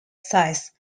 sized